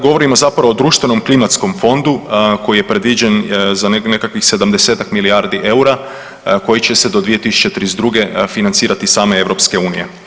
Govorimo zapravo o društvenom klimatskom fondu koji je predviđen za nekakvih 70-tak milijardi eura koji će se do 2032. financirati iz same Europske unije.